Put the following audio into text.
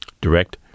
direct